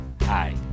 Hi